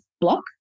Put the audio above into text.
block